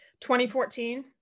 2014